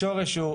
השורש הוא,